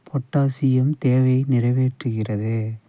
potassium தேவையை நிறைவேற்றுகிறது